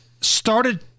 started